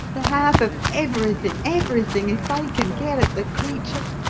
the half of everything everything if they can get at the creature.